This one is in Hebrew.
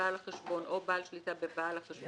שבעל החשבון או בעל שליטה בבעל החשבון,